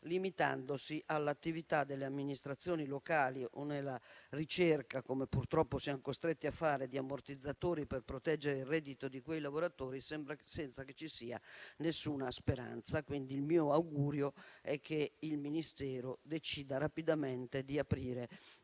limitandosi all'attività delle amministrazioni locali o nella ricerca, come purtroppo siamo costretti a fare, di ammortizzatori per proteggere il reddito di quei lavoratori senza che ci sia alcuna speranza. Il mio augurio, quindi, è che il Ministero decida rapidamente di aprire un